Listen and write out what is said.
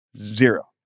Zero